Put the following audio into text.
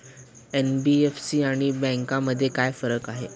NBFC आणि बँकांमध्ये काय फरक आहे?